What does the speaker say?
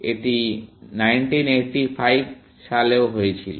এটি 1985 সালেও হয়েছিল